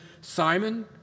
Simon